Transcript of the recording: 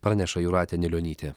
praneša jūratė anilionytė